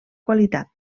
qualitat